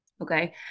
Okay